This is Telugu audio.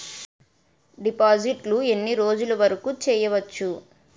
డిపాజిట్లు ఎన్ని రోజులు వరుకు చెయ్యవచ్చు?